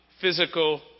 physical